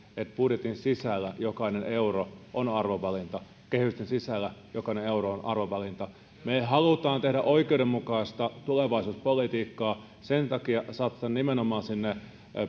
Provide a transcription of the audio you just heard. että budjetin sisällä jokainen euro on arvovalinta kehysten sisällä jokainen euro on arvovalinta me haluamme tehdä oikeudenmukaista tulevaisuuspolitiikkaa sen takia satsataan nimenomaan sinne